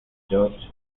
george